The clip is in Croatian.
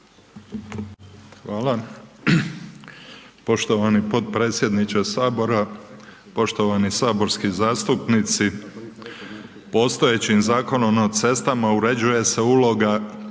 Hvala. Poštovani potpredsjedniče Sabora, poštovani saborski zastupnici. Postojećim Zakonom o cestama uređuje se uloga